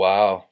Wow